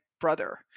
brother